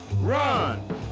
Run